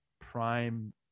prime